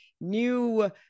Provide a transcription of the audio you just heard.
new